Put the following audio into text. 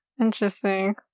Interesting